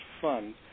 fund